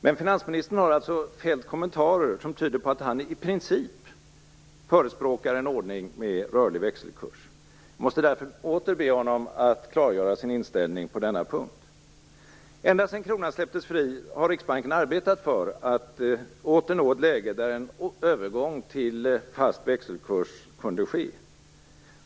Men finansministern har alltså fällt kommentarer som tyder på att han i princip förespråkar en ordning med rörlig växelkurs. Jag måste därför åter be honom att klargöra sin inställning på denna punkt. Ända sedan kronan släpptes fri har Riksbanken arbetat för att åter nå ett läge där en övergång till fast växelkurs kunde ske.